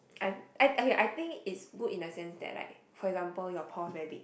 I'm I okay I think it's good in the sense that like for example your pores very big